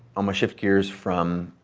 um shift gears from